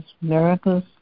Miracles